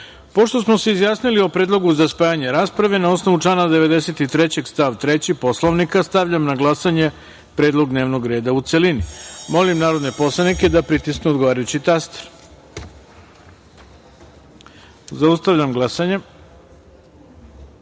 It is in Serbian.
smo se izjasnili o predlogu za spajanje rasprave, na osnovu člana 93. stav 3. Poslovnika, stavljam na glasanje predlog dnevnog reda u celini. Molim narodne poslanike da pritisnu odgovarajući taster. Zaustavljam glasanje: